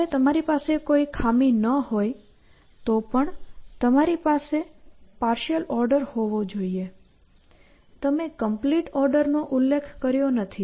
જયારે તમારી પાસે કોઈ ખામી ન હોય તો પણ તમારી પાસે પાર્શિઅલ ઓર્ડર હોવો જોઈએ તમે કંપ્લીટ ઓર્ડર નો ઉલ્લેખ કર્યો નથી